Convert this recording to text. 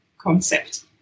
concept